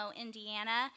Indiana